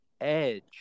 edge